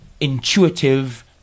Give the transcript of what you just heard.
intuitive